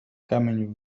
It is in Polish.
kamień